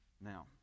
Now